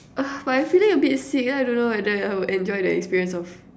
but I'm feeling a bit sick then I don't know whether I'll enjoy the experience of